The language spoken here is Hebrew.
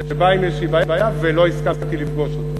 שבא עם איזו בעיה, ולא הסכמתי לפגוש אותו.